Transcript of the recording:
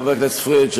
חבר הכנסת פריג',